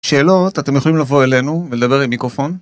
שאלות אתם יכולים לבוא אלינו ולדבר עם מיקרופון.